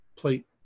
Plate